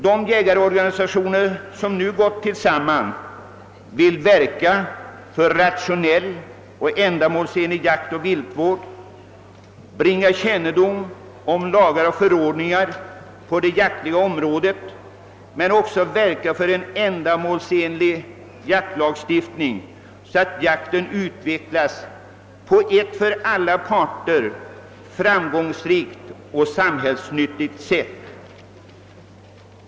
De jägarorganisationer som nu gått samman vill verka för rationell och ändamålsenlig jaktoch viltvård samt sprida kännedom om lagar och förordningar på det jaktliga området men också verka för en ändamålsenlig jaktlagstiftning, så att jakten utvecklas på ett för alla parter framgångsrikt och samhällsnyttigt sätt.